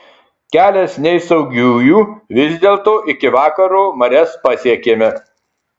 kelias ne iš saugiųjų vis dėlto iki vakaro marias pasiekėme